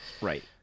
Right